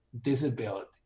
disability